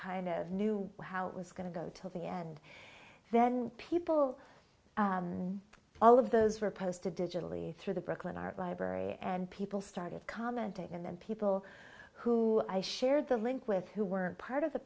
kind of knew how it was going to go till the end then people all of those were posted digitally through the brooklyn art library and people started commenting and then people who i shared the link with who were part of the